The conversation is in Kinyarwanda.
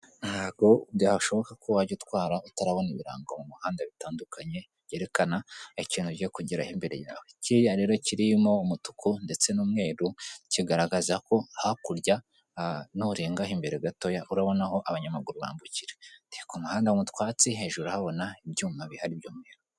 Ntabwo byashoboka ko wajya utwara utarabona ibirango mu muhanda bitandukanye byerekana ikintu gi kugera imbere yawe, kiriya rero kirimo umutuku ndetse n'umweru kigaragaza ko hakurya nurenga imbere gatoya, urabona aho abanyamaguru bambukira, ku umuhanda mu twatsi hejuru urahabona ibyuma bihari by'umweru.